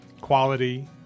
quality